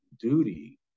duty